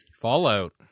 Fallout